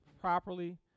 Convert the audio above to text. properly